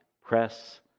press